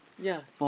yeah